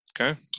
Okay